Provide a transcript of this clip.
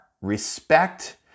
respect